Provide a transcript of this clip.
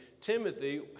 Timothy